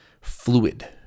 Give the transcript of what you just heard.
fluid